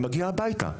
היא מגיעה הביתה.